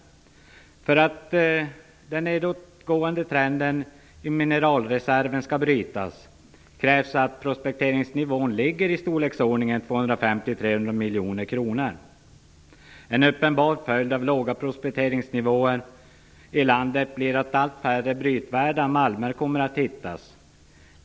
För att den nedåtgående trenden i mineralreserven skall brytas krävs att prospekteringsnivån ligger mellan 250 och 300 miljoner kronor årligen. En uppenbar följd av den låga prospekteringsnivån i landet blir att allt färre brytvärda malmer kommer att hittas.